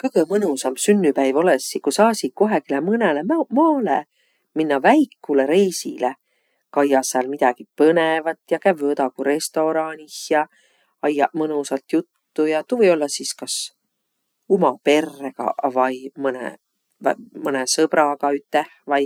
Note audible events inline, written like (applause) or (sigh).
Kõgõ mõnusamb sünnüpäiv olõssiq, ku saasiq kohegile mõnõlõ maalõ minnäq väikulõ reisile, kaiaq sääl midägi põnõvat ja kävvüq õdagu restoraanih ja ajjaq mõnusalt juttu ja. Tuu või ollaq sis kas uma perregaq vai mõnõ (hesitation) mõnõ sõbragaq üteh vai.